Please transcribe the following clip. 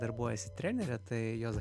darbuojasi trenere tai jos